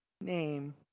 name